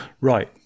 Right